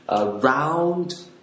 round